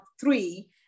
three